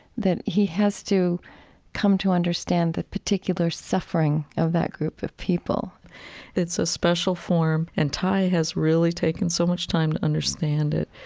that he has to come to understand the particular suffering of that group of people it's a special form, and thay has really taken so much time to understand it.